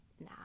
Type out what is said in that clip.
Now